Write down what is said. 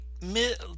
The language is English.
mid